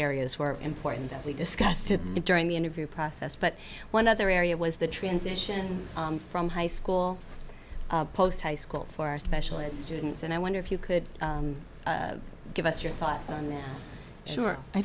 areas were important that we discussed it during the interview process but one other area was the transition from high school post high school for our special ed students and i wonder if you could give us your thoughts on that sure i